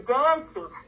dancing